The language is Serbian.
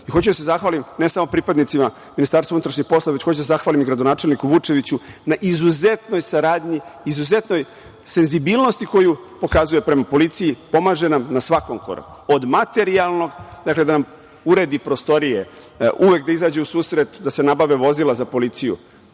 radi. Hoću da se zahvalim ne samo pripadnicima Ministarstva unutrašnjih poslova, već hoću da se zahvalim i gradonačelniku Vučeviću na izuzetnoj saradnji, izuzetnoj senzibilnosti koju pokazuje prema policiji, pomaže nam na svakom koraku, od materijalnog, dakle da nam uredi prostorije, uvek da izađe u susret da se nabave vozila za policiju,